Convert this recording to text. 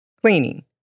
cleaning